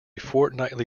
fortnightly